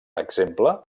exemple